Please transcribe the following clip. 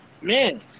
Man